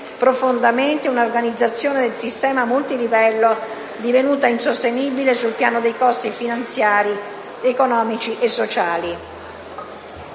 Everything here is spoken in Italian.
profondamente un'organizzazione del sistema multilivello divenuta insostenibile sul piano dei costi finanziari, economici e sociali.